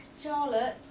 Charlotte